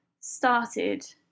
started